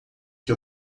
que